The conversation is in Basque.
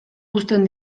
uzten